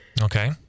Okay